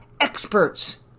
experts